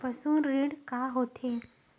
पशु ऋण का होथे?